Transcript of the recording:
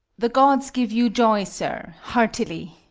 the gods give you joy, sir, heartily!